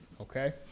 Okay